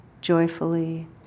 joyfully